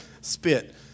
spit